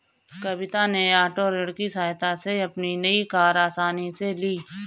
कविता ने ओटो ऋण की सहायता से अपनी नई कार आसानी से ली